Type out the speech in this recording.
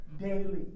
daily